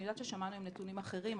אני יודעת ששמענו היום נתונים אחרים,